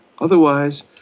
Otherwise